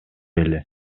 эле